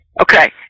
Okay